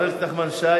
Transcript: חבר הכנסת נחמן שי,